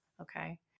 okay